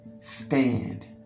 stand